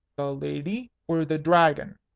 lady or the dragon?